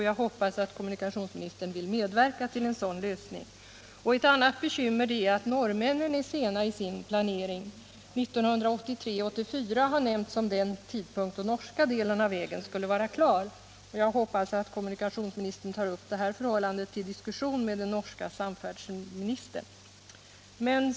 Jag hoppas att kommunikationsministern vill medverka till en sådan lösning. Ett annat bekymmer är att norrmännen är sena i sin planering. 1983/84 har nämnts som den tidpunkt då den norska delen av vägen skulle vara klar, och jag hoppas att kommunikationsministern tar upp det här förhållandet till diskussion med den norske samfärdselministern.